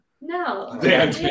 No